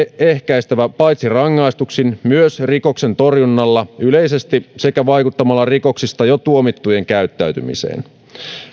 ehkäistävä paitsi rangaistuksin myös rikoksentorjunnalla yleisesti sekä vaikuttamalla rikoksista jo tuomittujen käyttäytymiseen